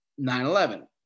9-11